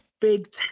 big